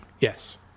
yes